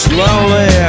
Slowly